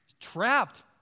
trapped